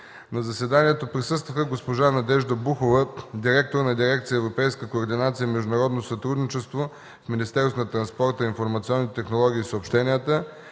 На заседанието присъстваха госпожа Надежда Бухова - директор на дирекция „Европейска координация и международно сътрудничество” в Министерството на транспорта, информационните технологии и съобщенията,